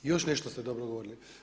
Još nešto ste dobro govorili.